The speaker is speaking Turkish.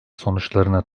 sonuçlarını